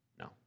No